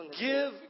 Give